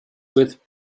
with